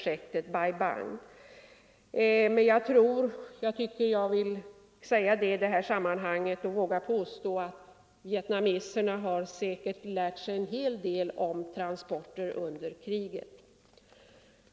Jag vågar i detta sammanhang påstå att vietnameserna säkerligen under kriget lärde sig en hel del om transporter.